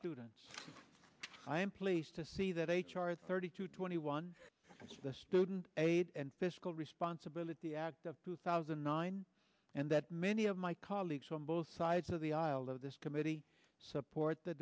students i am pleased to see that h r thirty two twenty one the student aid and fiscal responsibility act of two thousand and nine and that many of my colleagues on both sides of the aisle of this committee support the